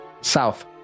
South